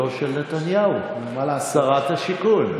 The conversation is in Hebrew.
יש פה קואליציה שלכאורה טוענת שיש בה מרכיבים שהם נגד המדינה.